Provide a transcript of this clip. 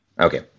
okay